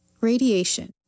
Radiation